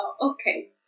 Okay